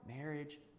Marriage